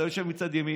אתה יושב מצד ימין,